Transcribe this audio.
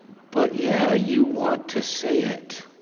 but yeah, you want to say it.